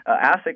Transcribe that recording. asset